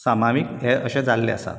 सामावीक अशें जाल्ले आसा